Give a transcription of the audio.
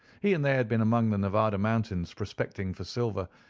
he and they had been among the nevada mountains prospecting for silver,